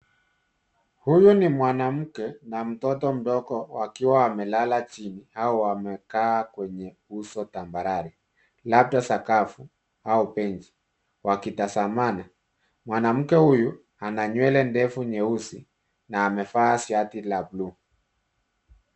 Huyu ni mwanamke na mtoto mdogo wakiwa wamelala chini au wamekaa kwenye uso tambarare labda sakafu au benchi wakitazamana. Mwanamke huyu ana nywele ndefu nyeusi na amevaa shati la bluu.